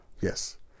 Yes